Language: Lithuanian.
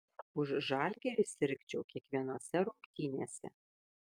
už žalgirį sirgčiau kiekvienose rungtynėse